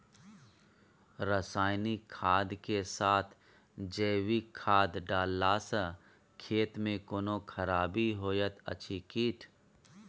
रसायनिक खाद के साथ जैविक खाद डालला सॅ खेत मे कोनो खराबी होयत अछि कीट?